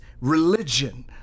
religion